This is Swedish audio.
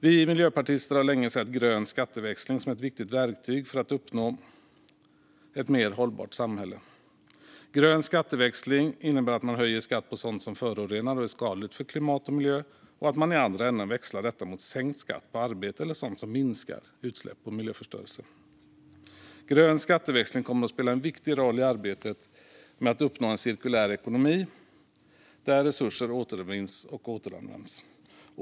Vi miljöpartister har länge sett grön skatteväxling som ett viktigt verktyg för att uppnå ett mer hållbart samhälle. Grön skatteväxling innebär att man höjer skatt på sådant som förorenar och är skadligt för klimat och miljö och att man i andra änden växlar detta mot sänkt skatt på arbete eller sådant som minskar utsläpp och miljöförstörelse. Grön skatteväxling kommer att spela en viktig roll i arbetet med att uppnå en cirkulär ekonomi, där resurser återvinns och återanvänds.